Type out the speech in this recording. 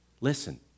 Listen